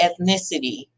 ethnicity